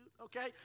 Okay